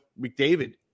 McDavid